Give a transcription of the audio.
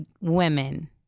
women